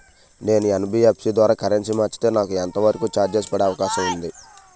నేను యన్.బి.ఎఫ్.సి ద్వారా కరెన్సీ మార్చితే నాకు ఎంత వరకు చార్జెస్ పడే అవకాశం ఉంది?